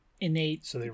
innate